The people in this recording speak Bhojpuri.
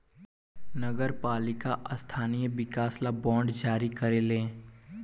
नगर पालिका स्थानीय विकास ला बांड जारी करेले